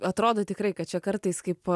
atrodo tikrai kad čia kartais kaip